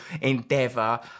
endeavor